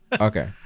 okay